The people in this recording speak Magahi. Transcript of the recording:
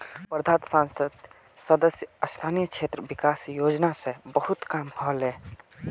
वर्धात संसद सदस्य स्थानीय क्षेत्र विकास योजना स बहुत काम ह ले